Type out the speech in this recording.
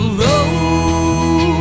road